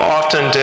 often